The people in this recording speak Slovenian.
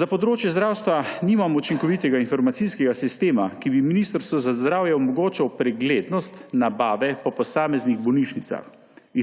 Za področje zdravstva nimam učinkovitega informacijskega sistema, ki bi Ministrstvu za zdravje omogočil preglednost nabave, po posameznih bolnišnicah,